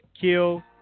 kill